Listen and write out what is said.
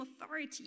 authority